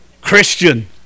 Christian